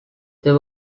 there